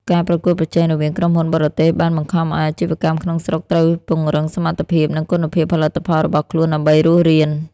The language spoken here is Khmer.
ការប្រកួតប្រជែងរវាងក្រុមហ៊ុនបរទេស បានបង្ខំឱ្យអាជីវកម្មក្នុងស្រុកត្រូវពង្រឹងសមត្ថភាព និងគុណភាពផលិតផលរបស់ខ្លួនដើម្បីរស់រាន។